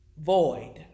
void